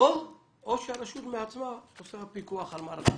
או שהרשות בעצמה עושה פיקוח על מערך ההסעות.